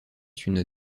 une